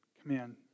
command